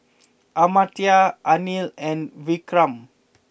Amartya Anil and Vikram